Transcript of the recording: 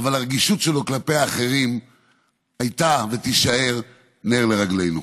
אבל הרגישות שלו כלפי אחרים הייתה ותישאר נר לרגלינו.